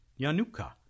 Yanuka